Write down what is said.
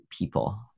people